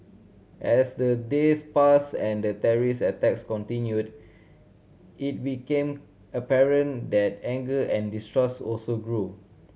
as the days passed and the terrorist attacks continued it became apparent that anger and distrust also grew